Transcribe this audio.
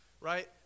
right